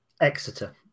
Exeter